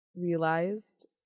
realized